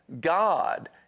God